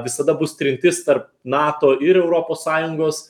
visada bus trintis tarp nato ir europos sąjungos